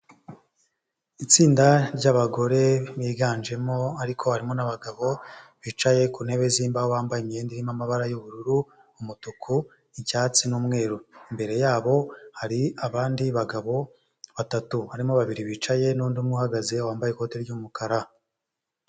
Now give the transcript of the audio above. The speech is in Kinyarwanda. Itsinda ry'abagore biganjemo ariko harimo n'abagabo bicaye ku ntebe zimbaho bambaye imyenda irimo amabara y'ubururu, umutuku, icyatsi n'umweru, imbere yabo hari abandi bagabo batatu, harimo babiri bicaye n'undi umwe uhagaze wambaye ikoti ry'umukara.